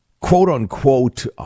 quote-unquote